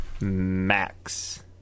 Max